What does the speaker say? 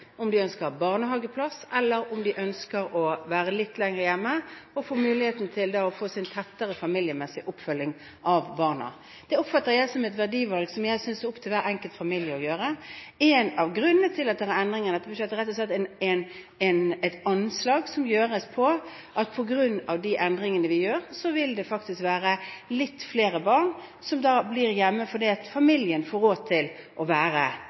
være litt lenger hjemme og ha muligheten til en tettere familiemessig oppfølging av barna. Det oppfatter jeg som et verdivalg som jeg synes det er opptil hver enkelt familie å ta. En av grunnene til denne endringen er at det i budsjettet rett og slett er et anslag som gjøres på bakgrunn av de endringene vi gjør, hvor det faktisk vil være litt flere barn som blir hjemme fordi familien får råd til å være